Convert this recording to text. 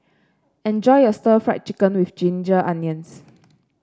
enjoy your Stir Fried Chicken with Ginger Onions